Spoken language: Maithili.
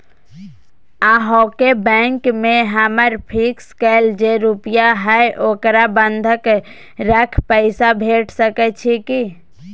अहाँके बैंक में हमर फिक्स कैल जे रुपिया हय ओकरा बंधक रख पैसा भेट सकै छै कि?